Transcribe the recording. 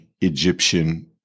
Egyptian